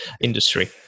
industry